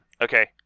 Okay